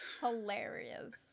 hilarious